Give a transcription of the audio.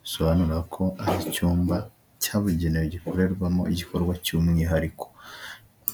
bisobanura ko ari icyumba cyabugenewe gikorerwamo igikorwa cy'umwihariko.